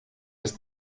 ist